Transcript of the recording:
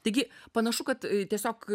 taigi panašu kad tiesiog